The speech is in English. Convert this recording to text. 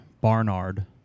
Barnard